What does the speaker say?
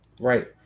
Right